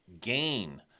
gain